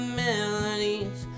melodies